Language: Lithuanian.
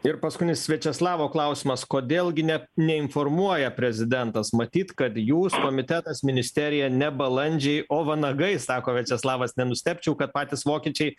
ir paskutinis viačeslavo klausimas kodėl gi ne neinformuoja prezidentas matyt kad jūs komitetas ministerija ne balandžiai o vanagai sako viačeslavas nenustebčiau kad patys vokiečiai